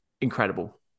incredible